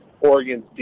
Oregon's